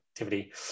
activity